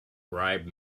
bribe